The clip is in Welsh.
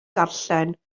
darllen